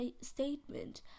statement